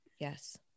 Yes